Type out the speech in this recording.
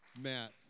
Matt